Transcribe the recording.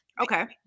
Okay